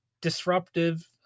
disruptive